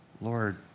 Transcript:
Lord